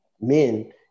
men